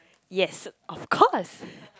yes of course